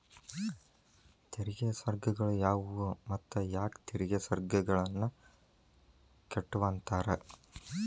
ತೆರಿಗೆ ಸ್ವರ್ಗಗಳು ಯಾವುವು ಮತ್ತ ಯಾಕ್ ತೆರಿಗೆ ಸ್ವರ್ಗಗಳನ್ನ ಕೆಟ್ಟುವಂತಾರ